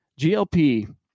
GLP